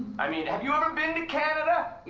i mean, have you ever been to canada?